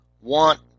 want